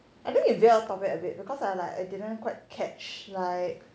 I think if will call back a bit because I like I didn't quite catch like